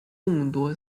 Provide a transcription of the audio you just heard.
众多